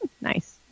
Nice